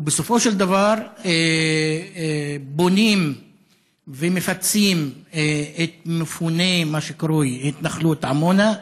ובסופו של דבר בונים ומפצים את מפוני מה שקרוי התנחלות עמונה,